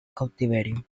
cautiverio